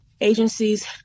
agencies